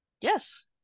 Yes